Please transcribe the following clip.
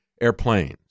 airplanes